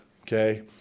okay